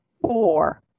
Four